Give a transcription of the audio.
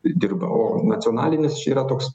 dirba o nacionalinis čia yra toks